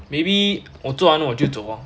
maybe 我做完我就走 lor